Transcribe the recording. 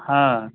हँ